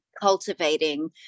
cultivating